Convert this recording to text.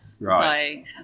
Right